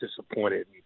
disappointed